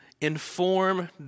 inform